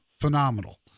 phenomenal